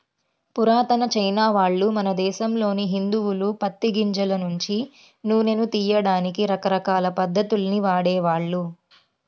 పురాతన చైనావాళ్ళు, మన దేశంలోని హిందువులు పత్తి గింజల నుంచి నూనెను తియ్యడానికి రకరకాల పద్ధతుల్ని వాడేవాళ్ళు